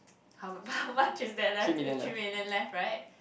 how how much is that left a three million left right